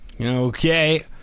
okay